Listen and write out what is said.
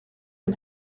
est